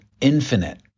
infinite